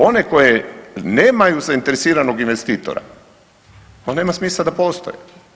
One koje nemaju zainteresiranog investitora, on nema smisla da postoji.